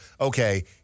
okay